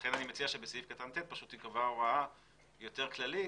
לכן אני מציע שבסעיף קטן (ט) תיקבע הוראה יותר כללית